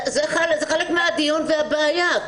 זה חלק מהדיון והבעיה.